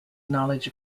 knowledge